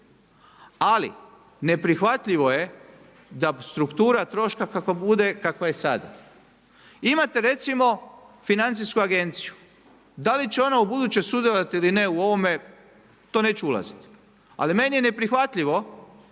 Ali, ne prihvatljivo je da struktura troška kakva bude i kakva je sada. Imate recimo, financijsku agenciju. Da i će ona ubuduće sudjelovati ili ne u ovome, u to neću ulaziti. Ali meni je neprihvatljivo